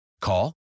Call